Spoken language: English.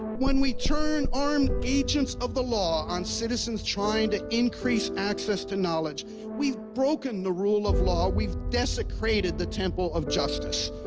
when we turned armed agents of the law on citizens trying to increase access to knowledge we've broken the rule of law and we've desecrated the temple of justice.